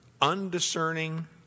undiscerning